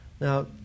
Now